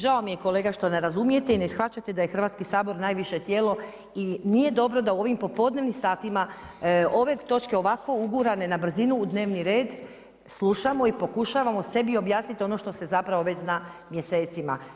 Žao mi je kolega što ne razumijete i ne shvaćate da je Hrvatski sabor najviše tijelo i nije dobro da u ovim popodnevnim satima ove točke ovako ugurane na brzinu u dnevni red slušamo i pokušavamo sebi objasniti ono što se zapravo već zna mjesecima.